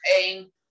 pain